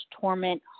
torment